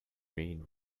mean